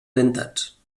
dentats